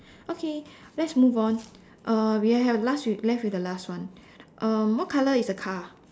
okay let's move on uh we have last with left with the last one um what color is the car